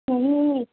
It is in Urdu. نہیں